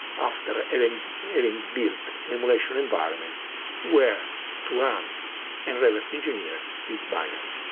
after having having built en emulation environment where to run and reverse engineer this binary.